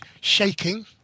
shaking